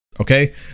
Okay